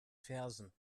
fersen